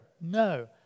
No